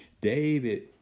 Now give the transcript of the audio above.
David